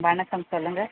வணக்கம் சொல்லுங்க